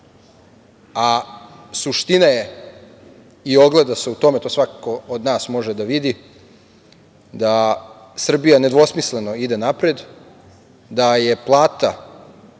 narodu. Suština je i ogleda se u tome, to svako od nas može da vidi, da Srbija nedvosmisleno ide napred, da je plata